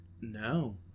no